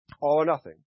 All-or-nothing